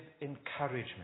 encouragement